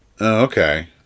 okay